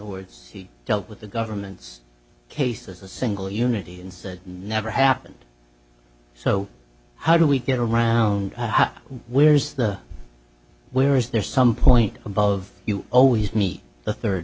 words he dealt with the government's case as a single unity and said never happened so how do we get around where is the where is there some point above you always meet the third